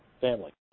family